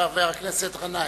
חבר הכנסת גנאים.